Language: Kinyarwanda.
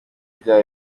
bya